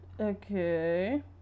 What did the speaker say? okay